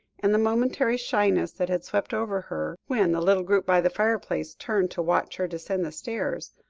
and the momentary shyness that had swept over her, when the little group by the fireplace turned to watch her descend the stairs,